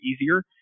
easier